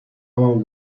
همان